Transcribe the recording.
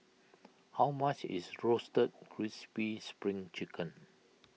how much is Roasted Crispy Spring Chicken